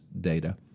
data